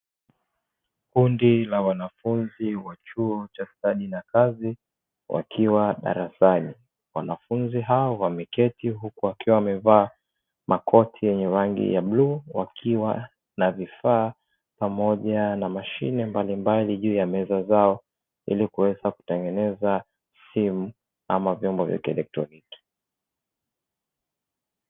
Kundi la wanafunzi wa chuo cha stadi za kazi wakiwa darasani. Wanafunzi hawa wamekeketi huku wakiwa wamevaa makoti yenye rangi ya bluu, wakiwa na vifaa pamoja na mashine mbalimbali juu ya meza zao, ili kuweza kutengeneza simu ama vyombo vya kielektroniki.